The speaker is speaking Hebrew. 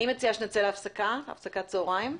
נצא להפסקת צהריים.